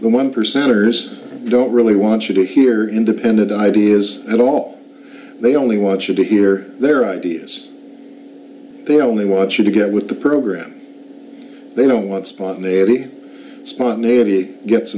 the one percenters don't really want you to hear independent ideas at all they only want you to hear their ideas they only want you to get with the program they don't want spontaneity spontaneity it gets